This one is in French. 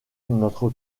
notre